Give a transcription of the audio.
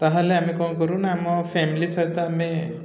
ତା'ହେଲେ ଆମେ କ'ଣ କରୁ ନା ଆମ ଫାମିଲି ସହିତ ଆମେ